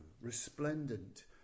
resplendent